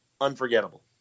unforgettable